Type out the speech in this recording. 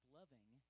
loving